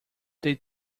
they